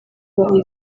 niba